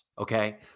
okay